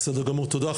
בסדר גמור, תודה.